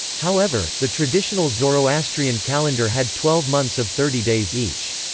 however, the traditional zoroastrian calendar had twelve months of thirty days each.